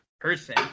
person